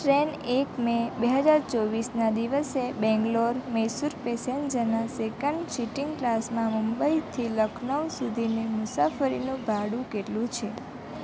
train એક May બે હજાર ચોવીસના દિવસે બેંગ્લોર મૈસૂર પેસેન્જરના સેકન્ડ સીટિંગ ક્લાસમાં મુંબઈથી લખનઉ સુધીની મુસાફરીનું ભાડું કેટલું છે